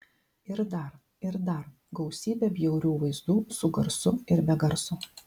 ir dar ir dar gausybę bjaurių vaizdų su garsu ir be garso